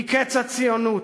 היא קץ הציונות,